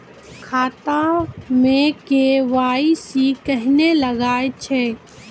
खाता मे के.वाई.सी कहिने लगय छै?